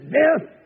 death